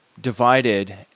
divided